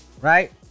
Right